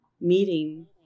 meeting